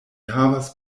havas